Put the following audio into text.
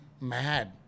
mad